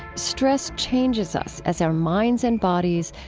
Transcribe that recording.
stress changes us as our minds and bodies,